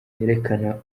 yerekana